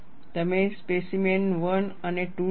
તમે સ્પેસીમેન 1 અને 2 લખો